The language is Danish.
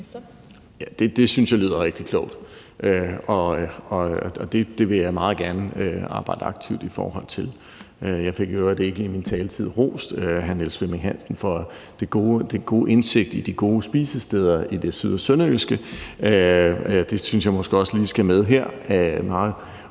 Det synes jeg lyder rigtig klogt, og det vil jeg meget gerne arbejde aktivt for. Jeg fik i øvrigt ikke i min tale rost hr. Niels Flemming Hansen for den gode indsigt i de gode spisesteder i det syd- og sønderjyske – det synes jeg måske også lige skal med her.